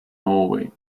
norway